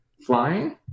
flying